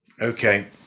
okay